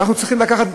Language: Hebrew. ואנחנו צריכים לקחת,